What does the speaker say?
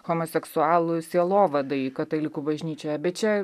homoseksualų sielovadai katalikų bažnyčioje bet čia